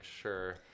sure